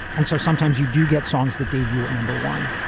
and so sometimes you do get songs that debut at number one.